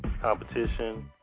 competition